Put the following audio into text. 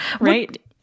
Right